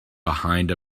behind